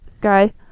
guy